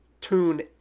tune